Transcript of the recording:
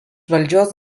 valdžios